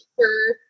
sure